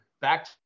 back